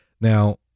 now